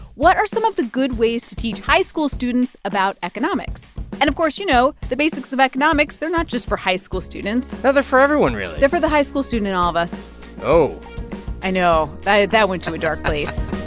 what are some of the good ways to teach high-school students about economics? and, of course, you know, the basics of economics they're not just for high-school students they're for everyone, really they're for the high-school student in all of us oh i know. that went to a dark place